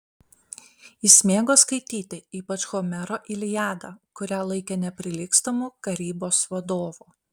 jis mėgo skaityti ypač homero iliadą kurią laikė neprilygstamu karybos vadovu